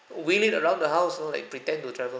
wheel it around the house you know like pretend to travel